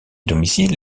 domicile